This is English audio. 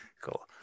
Cool